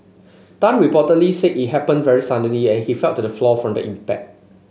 Tan reportedly said it happened very suddenly and he fell to the floor from the impact